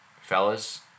Fellas